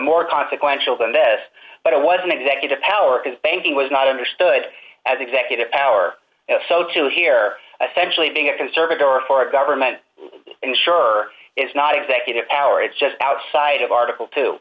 more consequential than this but it was an executive power as banking was not understood as executive power so to hear especially being a conservative or for a government insurer is not executive power it's just outside of article t